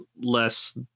less